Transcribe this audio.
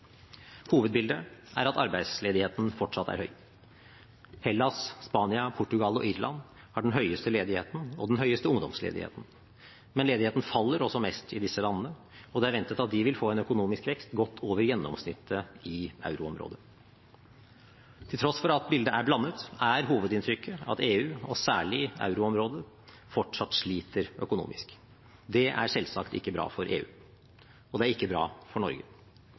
Hovedbildet er at arbeidsledigheten fortsatt er høy. Hellas, Spania, Portugal og Irland har den høyeste ledigheten og den høyeste ungdomsledigheten. Men ledigheten faller også mest i disse landene, og det er ventet at de vil få en økonomisk vekst godt over gjennomsnittet i euroområdet. Til tross for at bildet er blandet, er hovedinntrykket at EU og særlig euroområdet fortsatt sliter økonomisk. Det er selvsagt ikke bra for EU, og det er ikke bra for Norge.